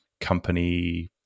company